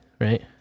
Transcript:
right